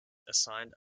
assigned